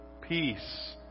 Peace